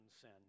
sin